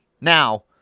Now